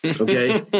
Okay